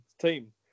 team